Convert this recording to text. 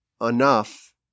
enough